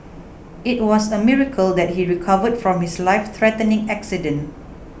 it was a miracle that he recovered from his lifethreatening accident